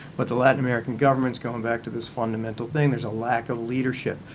but the latin american governments' going back to this fundamental thing there's a lack of leadership.